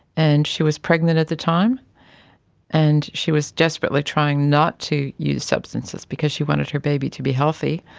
and she was pregnant at the time and she was desperately trying not to use substances because she wanted her baby to be healthy,